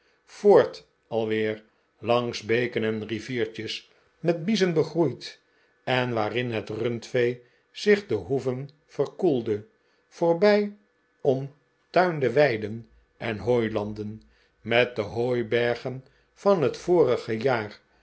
voort alweer langs beken en riviertjes met biezen begroeid en waarin het rundvee zich de hoeven verkoelde voorbij omtuinde weiden en hooilanden met de hooibergen van het vorige jaar